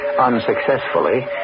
unsuccessfully